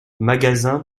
magasin